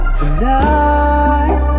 tonight